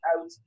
out